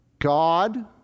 God